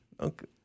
Okay